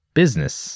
business